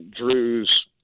Drew's